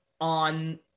on